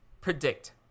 predict